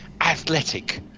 athletic